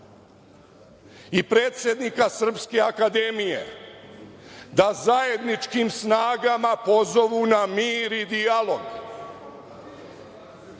i predsednika Srpske akademije, da zajedničkim snagama pozovu na mir i dijalog.